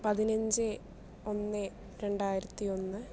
പതിനഞ്ച് ഒന്ന് രണ്ടായിരത്തി ഒന്ന്